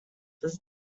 this